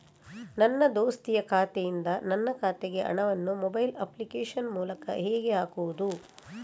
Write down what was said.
ನನ್ನ ದೋಸ್ತಿಯ ಖಾತೆಯಿಂದ ನನ್ನ ಖಾತೆಗೆ ಹಣವನ್ನು ಮೊಬೈಲ್ ಅಪ್ಲಿಕೇಶನ್ ಮೂಲಕ ಹೇಗೆ ಹಾಕುವುದು?